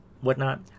whatnot